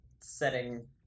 setting